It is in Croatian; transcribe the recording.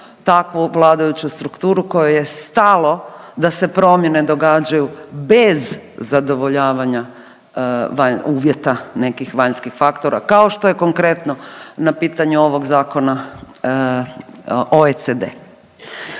takvu vladajuću strukturu kojoj je stalo da se promjene događaju bez zadovoljavanja uvjeta nekih vanjskih faktora kao što je konkretno na pitanju ovog zakona OECD.